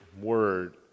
word